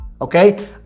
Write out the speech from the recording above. okay